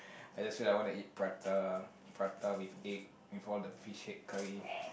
I just feel I want to eat prata prata with egg with all the fish head curry